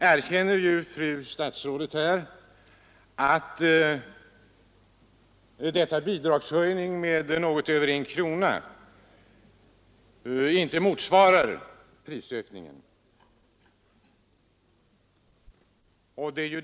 Fru statsrådet erkänner här att bidragshöjningen med något över en krona per dag inte motsvarar prisökningen.